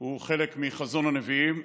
הוא חלק מחזון הנביאים.